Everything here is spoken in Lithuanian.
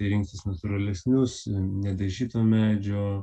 rinktis natūralesnius nedažyto medžio